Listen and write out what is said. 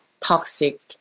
toxic